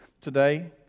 Today